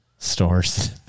stores